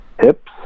hips